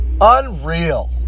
unreal